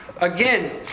Again